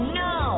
no